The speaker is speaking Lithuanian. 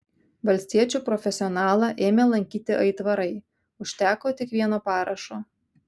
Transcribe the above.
valstiečių profesionalą ėmė lankyti aitvarai užteko tik vieno parašo